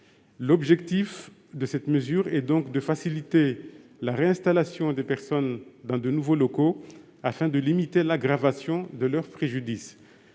L'objectif de cette mesure est de faciliter la réinstallation des personnes dans de nouveaux locaux, afin de limiter l'aggravation de leurs préjudices.